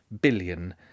billion